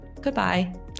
Goodbye